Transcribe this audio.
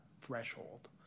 threshold